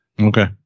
Okay